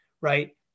right